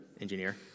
engineer